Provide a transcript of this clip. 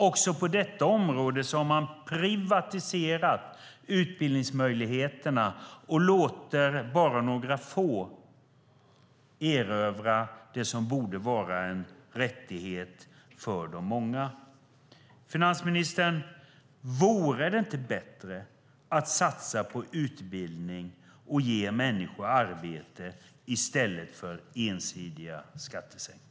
Också på detta område har man privatiserat utbildningsmöjligheterna, och man låter bara några få erövra det som borde vara en rättighet för de många. Vore det inte bättre, finansministern, att satsa på utbildning och ge människor arbete i stället för ensidiga skattesänkningar?